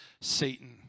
Satan